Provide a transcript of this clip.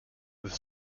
with